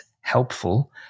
helpful